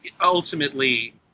ultimately